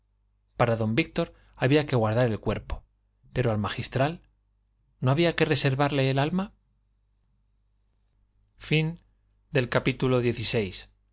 para don víctor había que guardar el cuerpo pero al magistral no había que reservarle el alma al obscurecer